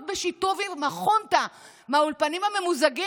בשיתוף החונטה מהאולפנים הממוזגים,